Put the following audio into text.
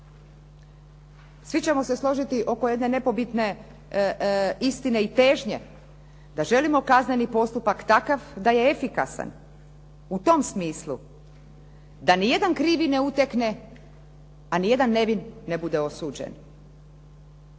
Svi ćemo se složiti oko jedne nepobitne istine i težnje da želimo kazneni postupak takav da je efikasan u tom smislu da nijedan krivi ne utekne a nijedan nevin ne bude osuđen.